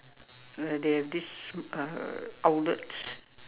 where they have these uh outlets